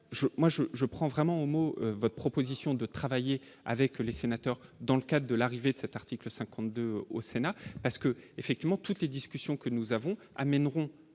je prends vraiment mot votre proposition de travailler avec les sénateurs, dans le cas de l'arrivée de cet article 52 au Sénat parce que, effectivement, toutes les discussions que nous avons amèneront